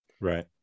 Right